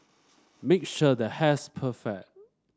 make sure the hair's perfect